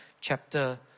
chapter